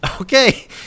Okay